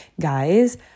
Guys